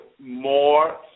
more